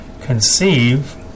conceive